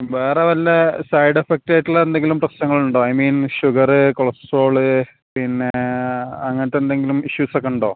വേറെ വല്ല side effect ആയിട്ടുള്ള എന്തെങ്കിലും പ്രശ്നങ്ങൾ ഉണ്ടോ ഐ മീൻ ഷുഗർ കൊളസ്ട്രോൾ പിന്നെ അങ്ങനത്തെ എന്തെങ്കിലും ഇഷ്യൂസ് ഒക്കെ ഉണ്ടോ